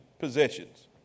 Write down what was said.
Possessions